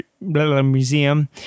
Museum